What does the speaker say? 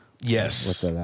Yes